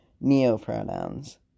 Neo-pronouns